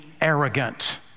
arrogant